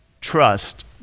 Trust